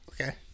Okay